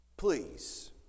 Please